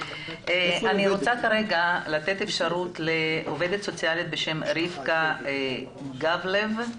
אני רוצה לתת רשות דיבור לעובדת סוציאלית בשם רבקה גבלייב.